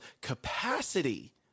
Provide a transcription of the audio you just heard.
capacity